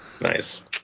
nice